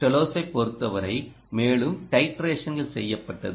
டெலோஸைப் பொறுத்தவரை மேலும் டைட்டரேஷன்கள் செய்யப்பட்டது